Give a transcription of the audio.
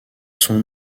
son